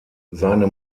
seine